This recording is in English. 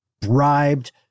bribed